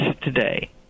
today